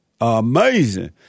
Amazing